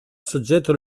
soggetto